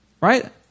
Right